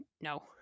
no